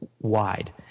wide